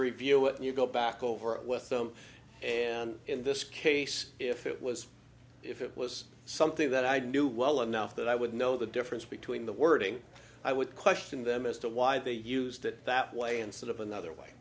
review it and you go back over it with them and in this case if it was if it was something that i knew well enough that i would know the difference between the wording i would question them as to why they used it that way and sort of another way